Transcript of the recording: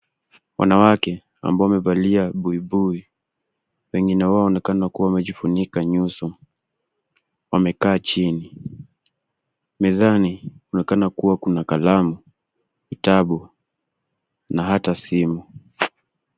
Wanawake ambao wamevaa buibui. Wengine wao wanaonekana wamejifunika nyuso, wamekaa chini. Mezani inaonekana kuna kalamu, kitabu, na hata simu.